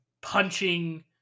punching